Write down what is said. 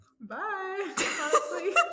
Bye